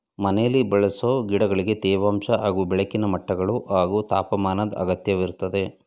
ಮನೆಲಿ ಬೆಳೆಸೊ ಗಿಡಗಳಿಗೆ ತೇವಾಂಶ ಹಾಗೂ ಬೆಳಕಿನ ಮಟ್ಟಗಳು ಹಾಗೂ ತಾಪಮಾನದ್ ಅಗತ್ಯವಿರ್ತದೆ